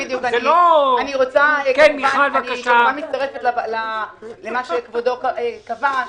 אני מצטרפת למה שכבודו קבע,